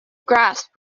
grasp